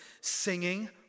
singing